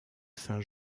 saint